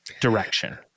direction